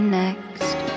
next